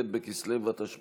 ב' בכסלו התשפ"א,